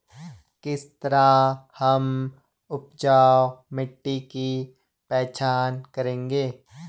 किस तरह हम उपजाऊ मिट्टी की पहचान करेंगे?